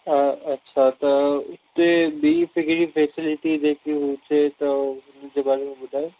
अच्छा त उते ॿी जेकी फ़ेसिलिटी जेकी हुजे त हुनजे बारे में ॿुधायो